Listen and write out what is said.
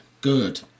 Good